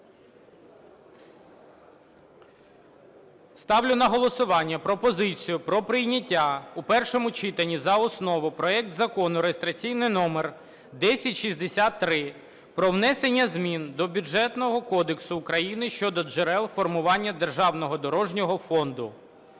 Ставлю на голосування пропозицію про прийняття у першому читанні за основу проект Закону (реєстраційний номер 1063) про внесення змін до Бюджетного кодексу України щодо джерел формування державного дорожнього фонду.